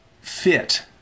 fit